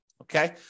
Okay